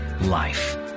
life